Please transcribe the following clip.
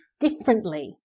differently